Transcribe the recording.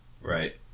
Right